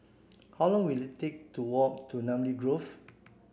how long will it take to walk to Namly Grove